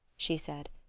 she said.